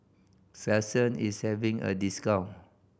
Selsun is having a discount